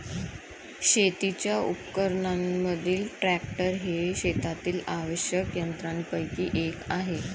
शेतीच्या उपकरणांमधील ट्रॅक्टर हे शेतातील आवश्यक यंत्रांपैकी एक आहे